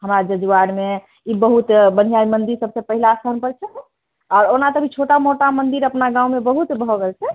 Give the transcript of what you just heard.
हमरा जजुआरमे ई बहुत बढ़िआँ ई मन्दिर सबसँ पहिला स्थान पर छै आ ओना तऽ छोटा मोटा मन्दिर अपना गावँमे बहुत भऽ गेल छै